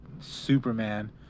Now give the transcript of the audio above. Superman